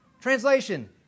Translation